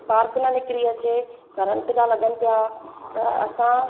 spark न निकिरी अचे करंट था लॻनि पिया त असां